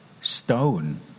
stone